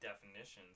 definitions